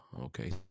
Okay